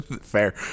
Fair